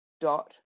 dot